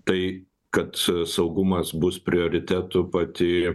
tai kad saugumas bus prioritetu pati